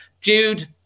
Jude